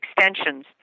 extensions